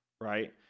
right